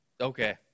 okay